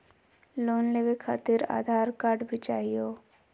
Loan लेवे खातिरआधार card भी चाहियो?